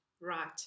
Right